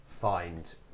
find